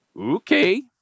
Okay